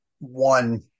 One